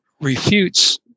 refutes